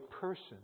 person